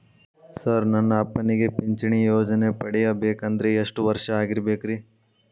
Sir ನನ್ನ ಅಪ್ಪನಿಗೆ ಪಿಂಚಿಣಿ ಯೋಜನೆ ಪಡೆಯಬೇಕಂದ್ರೆ ಎಷ್ಟು ವರ್ಷಾಗಿರಬೇಕ್ರಿ?